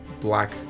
black